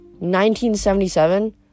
1977